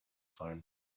phone